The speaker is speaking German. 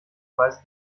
weise